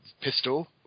pistol